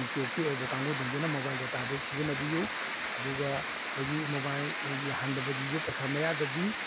maturity ꯑꯣꯏꯕ ꯀꯥꯡꯕꯨꯁꯤꯡꯗꯨꯅ mobile ꯗꯥꯇꯥꯗꯨ ꯁꯤꯖꯤꯟꯅꯕꯤꯎ ꯑꯗꯨꯒ ꯑꯩꯈꯣꯏꯒꯤ ꯃꯣꯕꯥꯏꯜ ꯌꯥꯍꯟꯗꯕꯁꯤꯁꯨ ꯄꯩꯈꯥ ꯃꯌꯥꯗꯗꯤ